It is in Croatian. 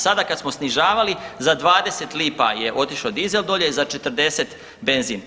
Sada kad smo snižavali za 20 lipa je otišao dizel dolje, za 40 benzin.